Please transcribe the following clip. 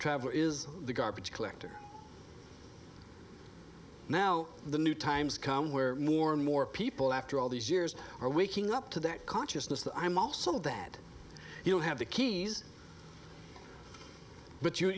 traveler is the garbage collector now the new times come where more and more people after all these years are waking up to that consciousness that i'm all so that you don't have the keys but